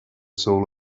soul